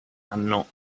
anno